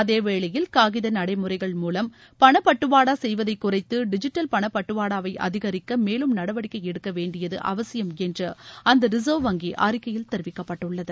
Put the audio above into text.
அதேவேளையில் காகித நடைமுறைகள் மூலம் பணப்பட்டுவாடா செய்வதை குறைத்து டிஜிட்டல் பணப்பட்டுவாடாவை அதிகரிக்க மேலும் நடவடிக்கை எடுக்க வேண்டியது அவசியம் என்று அந்த ரிசர்வ் வங்கி அறிக்கையில் தெரிவிக்கப்பட்டுள்ளது